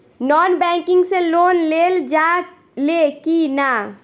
Non banking से loan लेल जा ले कि ना?